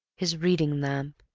his reading-lamp,